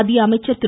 மத்திய அமைச்சர் திரு